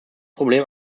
problem